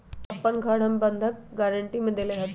अपन घर हम ऋण बंधक गरान्टी में देले हती